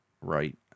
right